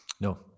No